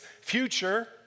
future